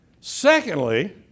Secondly